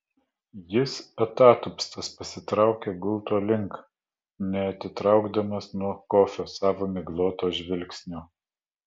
jis atatupstas pasitraukė gulto link neatitraukdamas nuo kofio savo migloto žvilgsnio